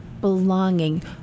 belonging